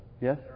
yes